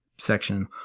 section